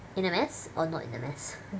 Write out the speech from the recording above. in a mess or not in a mess